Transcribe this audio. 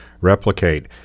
replicate